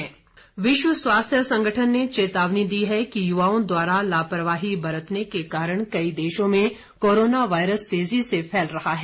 विश्व स्वास्थ्य संगठन विश्व स्वास्थ्य संगठन ने चेतावनी दी है कि युवाओं द्वारा लापरवाही बरतने के कारण कई देशों में कोरोना वायरस तेजी से फैल रहा है